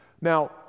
Now